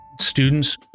students